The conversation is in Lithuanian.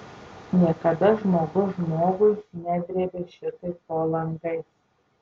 niekada žmogus žmogui nedrėbė šitaip po langais